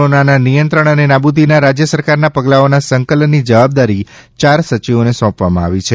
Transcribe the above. કોરોનાના નિયંત્રણ અને નાબૂદીના રાજ્ય સરકારના પગલાઓના સંકલનની જવાબદારી ચાર સચિવોને સોંપવામાં આવી છે